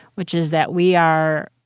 which is that we are